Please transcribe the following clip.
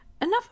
enough